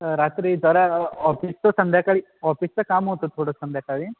रात्री जरा ऑफिसचं संध्याकाळी ऑफिसचं काम होतं थोडं संध्याकाळी